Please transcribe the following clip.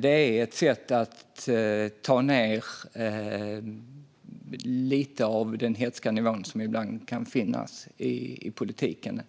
Det är ett sätt att ta ned lite av den hätska nivå som ibland kan finnas i politiken.